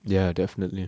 ya definitely